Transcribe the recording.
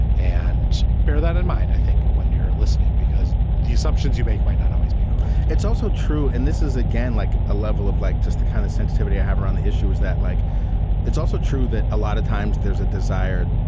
and bear that in mind, i think when you're listening, because the assumptions you make might not always be correct it's also true and this is again, like a level of like just the kind of sensitivity i have around the issue is that like it's also true that a lot of times there's a desire.